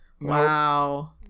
wow